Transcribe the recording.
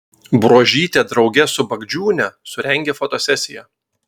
bruožytė drauge su bagdžiūne surengė fotosesiją